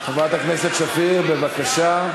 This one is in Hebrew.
חברת הכנסת שפיר, בבקשה.